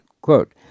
quote